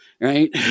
right